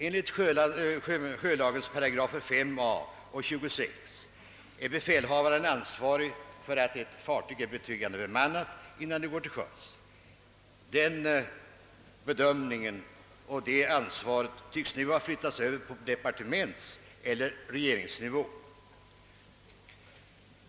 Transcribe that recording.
Enligt sjölagens §§ 5 a och 26 är befälhavaren ansvarig för att ett fartyg är betryggande bemannat innan det går till sjöss. Den bedömningen och det ansvaret tycks nu ha flyttats över på departementseller regeringsnivå.